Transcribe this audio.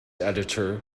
editor